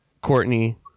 Courtney